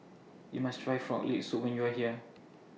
YOU must Try Frog Leg Soup when YOU Are here